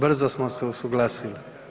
Brzo smo se usuglasili.